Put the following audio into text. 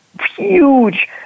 huge